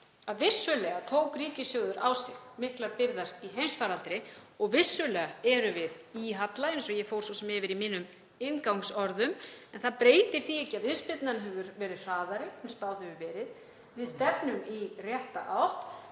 að vissulega tók ríkissjóður á sig miklar byrðar í heimsfaraldri og vissulega erum við í halla, eins og ég fór svo sem yfir í inngangsorðum mínum, en það breytir því ekki að viðspyrnan hefur verið hraðari en spáð hefur verið. Við stefnum í rétta átt